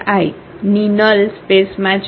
ની નલ સ્પેસમાં છે